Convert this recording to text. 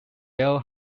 bell